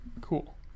Cool